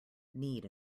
need